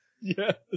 Yes